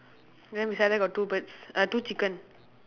then beside there got two birds uh two chicken